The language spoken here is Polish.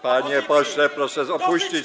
Panie pośle, proszę opuścić.